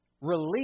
release